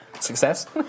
Success